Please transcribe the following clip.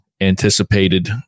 anticipated